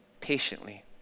patiently